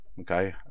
okay